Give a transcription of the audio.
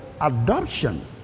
adoption